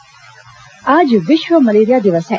विश्व मलेरिया दिवस आज विश्व मलेरिया दिवस है